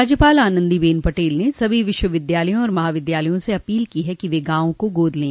राज्यपाल आनंदी बेन पटेल ने सभी विश्वविद्यालयों और महाविद्यालयों से अपील की है कि वह गांवो को गोद लें